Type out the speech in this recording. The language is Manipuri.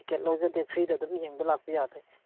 ꯇꯤꯀꯦꯠ ꯂꯧꯖꯗꯦ ꯐ꯭ꯔꯤꯗ ꯑꯗꯨꯝ ꯌꯦꯡꯕ ꯂꯥꯛꯄ ꯌꯥꯗꯣꯏꯅꯤ